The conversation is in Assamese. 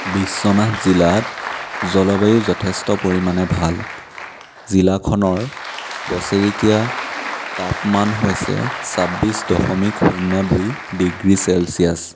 বিশ্বনাথ জিলাত জলবায়ু যথেষ্ট পৰিমাণে ভাল জিলাখনৰ বছেৰেকীয়া তাপমান হৈছে ছাব্বিছ দশমিক শূন্য দুই ডিগ্ৰী চেলছিয়াছ